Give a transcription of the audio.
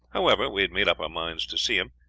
however, we had made up our minds to see him,